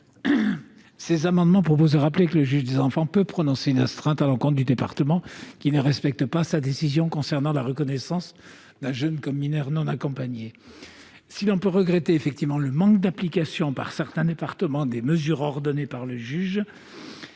et 375 ont pour objet de rappeler que le juge des enfants peut prononcer une astreinte à l'encontre du département qui ne respecte pas sa décision concernant la reconnaissance d'un jeune comme mineur non accompagné. Si l'on peut regretter le manque d'application par certains départements des mesures ordonnées par le juge